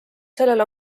sellel